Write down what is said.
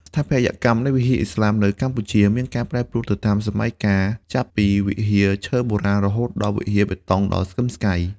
ស្ថាបត្យកម្មនៃវិហារឥស្លាមនៅកម្ពុជា មានការប្រែប្រួលទៅតាមសម័យកាល ចាប់ពីវិហារឈើបុរាណ រហូតដល់វិហារបេតុងដ៏ស្កឹមស្កៃ។